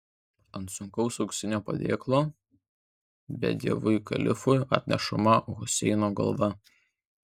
ant sunkaus auksinio padėklo bedieviui kalifui atnešama huseino galva